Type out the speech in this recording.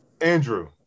Andrew